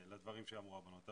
לדברים שאמרו הבנות,